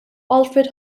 alfred